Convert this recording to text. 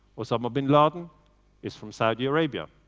osama bin laden is from saudi arabia.